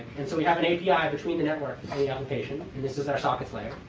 and so we have an api yeah between the network and the application. and this is our sockets layer.